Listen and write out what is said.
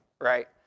right